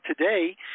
today